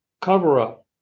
cover-up